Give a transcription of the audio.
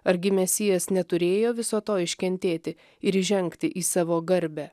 argi mesijas neturėjo viso to iškentėti ir įžengti į savo garbę